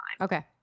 Okay